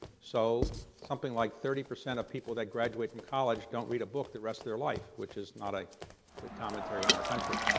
so, something like thirty percent of people that graduate from college don't read a book the rest of their life which is not a good commentary on our country.